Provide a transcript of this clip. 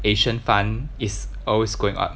asian fund is always going up